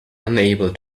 unable